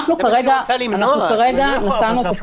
זה מה היא רוצה למנוע.